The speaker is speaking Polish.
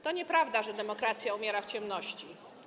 To nieprawda, że demokracja umiera w ciemności.